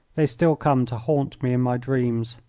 they still come to haunt me in my dreams.